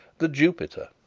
the jupiter,